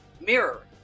mirror